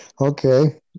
Okay